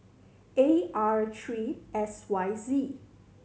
A R Three S Y Z